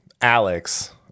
Alex